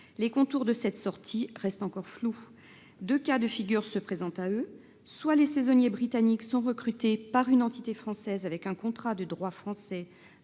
Les contours de cette sortie restent encore flous. Deux cas de figure se présentent à eux : soit les saisonniers britanniques sont recrutés par une entité française avec un contrat de droit français